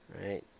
right